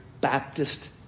Baptist